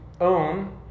own